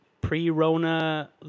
pre-Rona